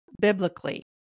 biblically